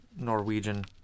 Norwegian